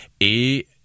Et